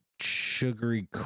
sugary